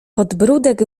podbródek